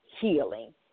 healing